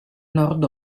nord